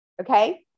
Okay